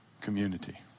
community